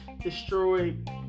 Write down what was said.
destroyed